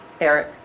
Eric